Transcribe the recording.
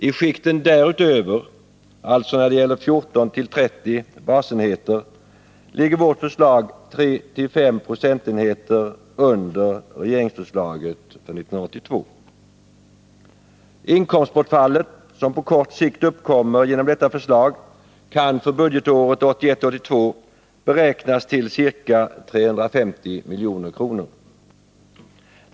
I skikten däröver, alltså när det gäller 14-30 basenheter, ligger vårt förslag 3-5 procentenheter under regeringsförslaget för 1982. Det inkomstbortfall som på kort sikt uppkommer genom detta förslag kan för budgetåret 1981/82 beräknas till ca 350 milj.kr.